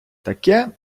таке